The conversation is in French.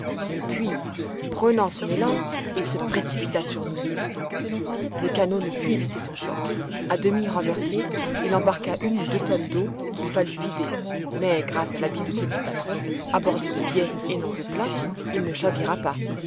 puis prenant son élan il se précipita sur nous le canot ne put éviter son choc à demi renversé il embarqua une ou deux tonnes d'eau qu'il fallut vider mais grâce à l'habileté du patron abordé de biais et non de plein il ne chavira pas